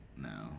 No